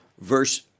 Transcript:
Verse